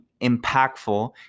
impactful